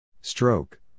Stroke